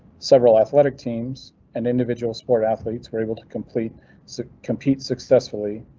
several athletic teams and individual sport athletes were able to complete compete successfully.